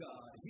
God